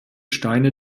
steine